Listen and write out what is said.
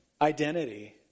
identity